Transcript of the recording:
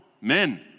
Men